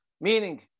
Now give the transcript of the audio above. Meaning